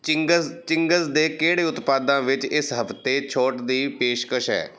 Ching's Ching's ਦੇ ਕਿਹੜੇ ਉਤਪਾਦਾਂ ਵਿੱਚ ਇਸ ਹਫ਼ਤੇ ਛੋਟ ਦੀ ਪੇਸ਼ਕਸ਼ ਹੈ